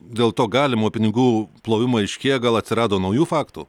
dėl to galimo pinigų plovimo aiškėja gal atsirado naujų faktų